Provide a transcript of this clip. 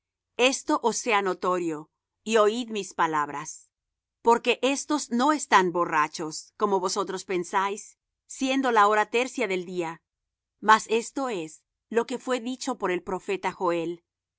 esto os sea notorio y oid mis palabras porque éstos no están borrachos como vosotros pensáis siendo la hora tercia del día mas esto es lo que fué dicho por el profeta joel